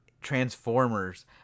Transformers